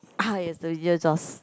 ah yes the